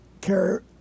care